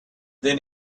then